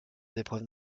épreuves